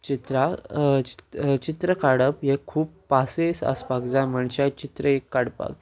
चित्रां चि चित्र काडप हे खूब पासयेंस आसपाक जाय मनशाक चित्र एक काडपाक